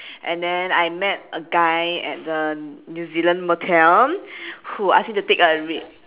and then I met a guy at the new zealand motel who asked me to take a ri~